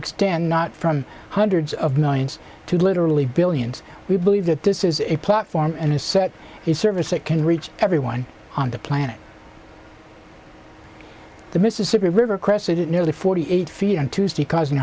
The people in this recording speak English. extend not from hundreds of millions to literally billions we believe that this is a platform and a set is service that can reach everyone on the planet the mississippi river crested at nearly forty eight feet on tuesday causing